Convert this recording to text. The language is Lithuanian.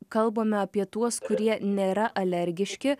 kalbame apie tuos kurie nėra alergiški